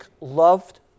loved